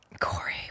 Corey